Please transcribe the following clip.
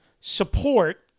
support